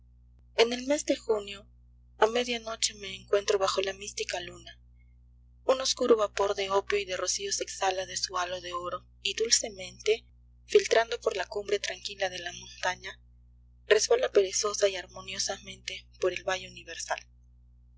en el mes de junio a media noche me encuentro bajo la mística luna un oscuro vapor de opio y de rocío se exhala de su halo de oro y dulcemente filtrando por la cumbre tranquila de la montaña resbala perezosa y armoniosamente por el valle universal